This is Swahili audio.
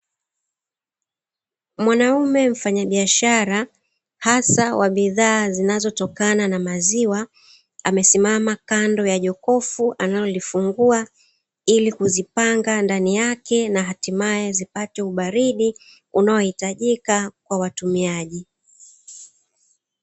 Mwanaume mfanyabiashara hasa wa bidhaa zinazotokana na maziwa, amesimama kando ya jokofu analolifungua ili kuzipanga ndani yake, na hatimaye zipate ubaridi unaohitajika kwa watumiaji.